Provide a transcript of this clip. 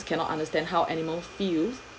cannot understand how animal feels